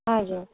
हजुर